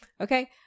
Okay